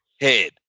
head